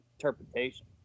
interpretation